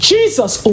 Jesus